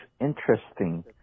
interesting